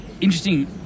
interesting